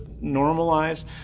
normalized